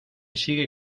sigue